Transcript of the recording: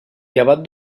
llevat